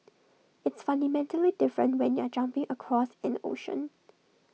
it's fundamentally different when you're jumping across an ocean